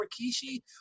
Rikishi